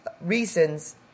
reasons